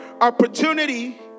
opportunity